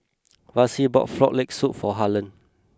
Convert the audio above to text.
Vassie bought Frog Leg Soup for Harlen